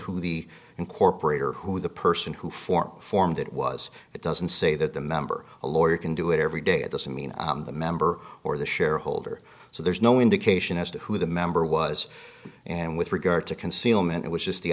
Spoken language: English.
who the corporator who the person who form form that was it doesn't say that the member a lawyer can do it every day it doesn't mean the member or the shareholder so there's no indication as to who the member was and with regard to concealment it was just the